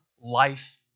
life